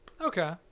okay